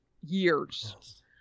years